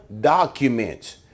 documents